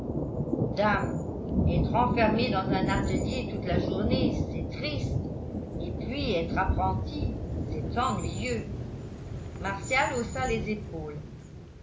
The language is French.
dame être enfermé dans un atelier toute la journée c'est triste et puis être apprenti c'est ennuyeux martial haussa les épaules